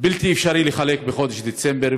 בלתי אפשרי לחלק בחודש דצמבר,